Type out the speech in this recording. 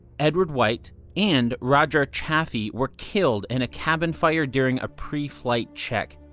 edward white and roger chaffee were killed in a cabin fire during a pre-flight check.